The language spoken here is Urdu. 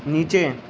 نیچے